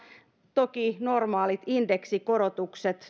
toki normaalit indeksikorotukset